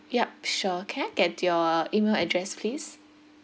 yup sure can I get your email address please